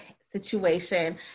situation